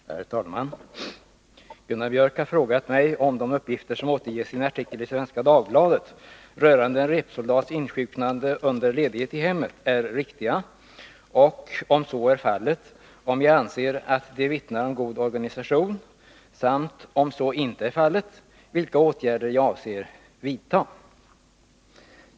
Herr talman! Gunnar Biörck i Värmdö har frågat mig om de uppgifter som återges i en artikel i Svenska Dagbladet rörande en repsoldats insjuknande under ledighet i hemmet är riktiga och, om så är fallet, om jag anser att de vittnar om god organisation samt, om så inte är fallet, vilka åtgärder jag avser vidta.